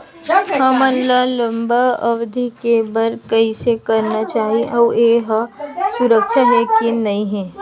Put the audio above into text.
हमन ला लंबा अवधि के बर कइसे करना चाही अउ ये हा सुरक्षित हे के नई हे?